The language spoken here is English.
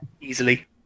easily